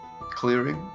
clearing